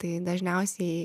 tai dažniausiai